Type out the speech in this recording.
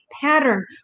pattern